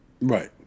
Right